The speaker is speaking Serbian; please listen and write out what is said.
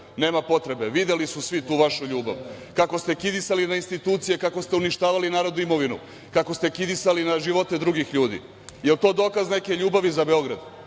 nema potrebe. Videli su svi tu vašu ljubav, kako ste kidisali na institucije, kako ste uništavali narodnu imovinu, kako ste kidisali na živote drugih ljudi. Jel to dokaz neke ljubavi za Beograd